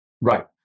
Right